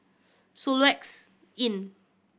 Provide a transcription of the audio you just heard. Soluxe Inn